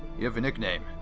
you have a nickname,